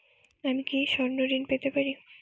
আমি কি স্বর্ণ ঋণ পেতে পারি?